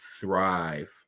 thrive